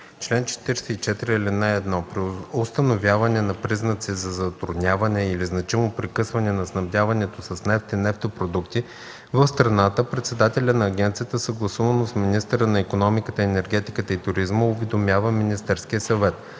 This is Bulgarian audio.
чл. 44: „Чл. 44. (1) При установяване на признаци за затрудняване или значимо прекъсване на снабдяването с нефт и нефтопродукти в страната председателят на агенцията съгласувано с министъра на икономиката, енергетиката и туризма уведомява Министерския съвет.